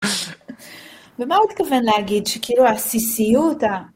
במה הוא התכוון להגיד? שכאילו העסיסיות?